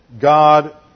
God